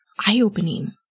eye-opening